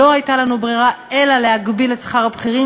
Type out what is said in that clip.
לא הייתה לנו ברירה אלא להגביל את שכר הבכירים